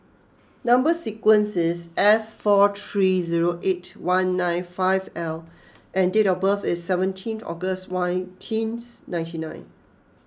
Number Sequence is S four three zero eight one nine five L and date of birth is seventeen August nineteen ninety nine